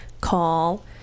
call